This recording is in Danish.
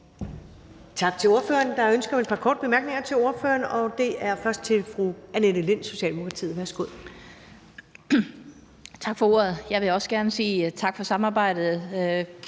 Tak til ordføreren. Der er ønske om et par korte bemærkninger til ordføreren, og det er først fra fru Annette Lind, Socialdemokratiet. Værsgo. Kl. 21:03 Annette Lind (S): Tak for ordet. Jeg vil også gerne sige tak for samarbejdet.